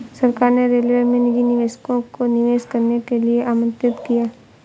सरकार ने रेलवे में निजी निवेशकों को निवेश करने के लिए आमंत्रित किया